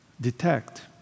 detect